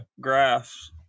graphs